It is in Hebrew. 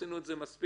עשינו את זה מספיק